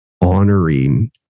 honoring